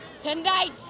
Tonight